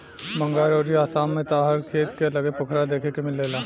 बंगाल अउरी आसाम में त हर खेत के लगे पोखरा देखे के मिलेला